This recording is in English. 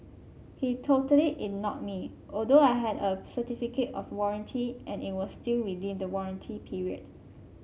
he totally ignored me although I had a certificate of warranty and it was still within the warranty period